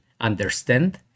understand